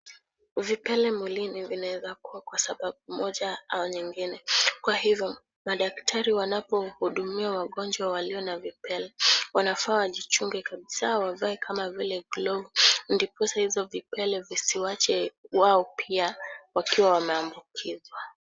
Vipele mwilini vinaweza kuwa kwa sababu moja au nyingine, kwa hivyo, madaktari wanapohudumia wagonjwa walio na vipele wanafaa wajichunge kabisa, wavae kama vile glovu, ndiposa hizo vipele visiwache wao pia wakiwa wameambukizwa.